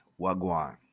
Wagwan